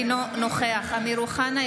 אינו נוכח אמיר אוחנה,